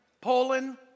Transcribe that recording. Poland